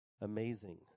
amazing